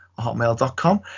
hotmail.com